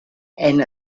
and